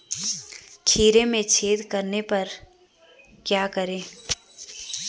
खीरे में छेद होने पर क्या करें?